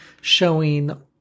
showing